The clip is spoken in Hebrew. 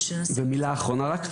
ומילה אחרונה רק,